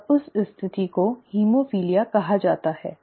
और उस स्थिति को हीमोफिलिया कहा जाता है